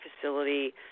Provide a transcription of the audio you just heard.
facility